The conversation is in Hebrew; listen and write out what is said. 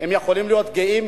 יכולים להיות גאים,